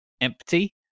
empty